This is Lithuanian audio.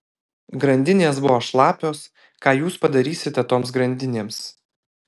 grandinės buvo šlapios ką jūs padarysite toms grandinėms